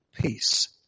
peace